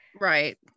right